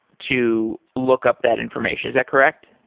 to look up that information, is that correct?